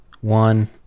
one